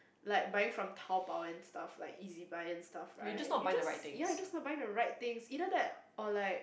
like buying from Taobao that stuff like Ezibuy and stuff right you just ya you just not buying the right things either that or like